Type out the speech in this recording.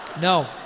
No